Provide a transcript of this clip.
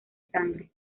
sangre